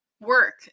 work